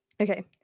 Okay